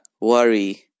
worry